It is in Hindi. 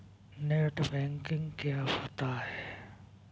नेट बैंकिंग क्या होता है?